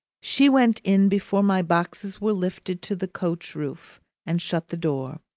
she went in before my boxes were lifted to the coach-roof and shut the door.